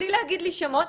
בלי להגיד לי שמות,